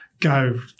go